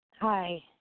Hi